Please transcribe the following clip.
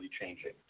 changing